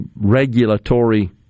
regulatory